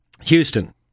Houston